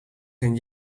gaan